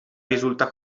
risulta